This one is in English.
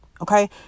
okay